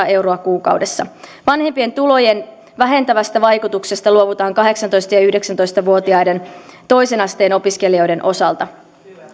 euroa kuukaudessa vanhempien tulojen vähentävästä vaikutuksesta luovutaan kahdeksantoista ja yhdeksäntoista vuotiaiden toisen asteen opiskelijoiden osalta